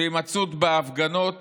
שהימצאות בהפגנות